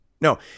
No